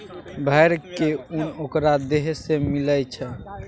भेड़ के उन ओकरा देह से मिलई छई